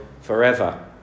forever